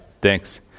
thanks